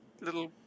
little